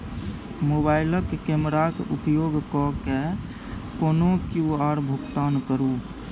मोबाइलक कैमराक उपयोग कय कए कोनो क्यु.आर भुगतान करू